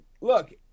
look